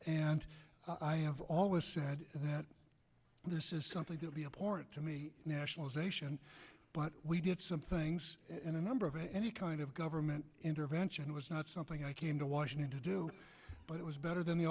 and i have always said that this is something to be important to me nationalization but we did some things and a number of any kind of government intervention was not something i came to washington to do but it was better than the